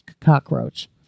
cockroach